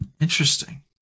Interesting